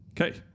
Okay